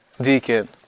deacon